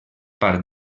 part